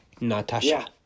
Natasha